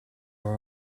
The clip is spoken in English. are